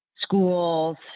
schools